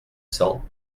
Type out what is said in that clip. cents